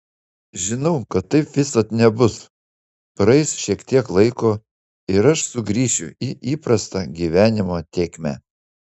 žinau kad taip visad nebus praeis šiek tiek laiko ir aš sugrįšiu į įprastą gyvenimo tėkmę